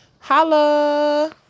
Holla